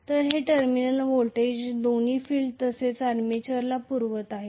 तर हे terminal voltage दोन्ही फील्ड करंट तसेच आर्मेचरला पुरवित आहे